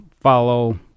follow